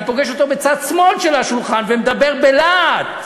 פוגש אותו בצד שמאל של השולחן מדבר בלהט,